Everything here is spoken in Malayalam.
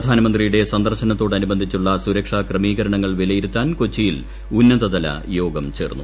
പ്രധാനമന്ത്രിയുടെ സന്ദർശനത്തോടനുബന്ധിച്ചുള്ള സുരക്ഷാക്രമീകരണങ്ങൾ വിലയിരുത്താൻ കൊച്ചിയിൽ ഉന്നതതല യോഗം ചേർന്നു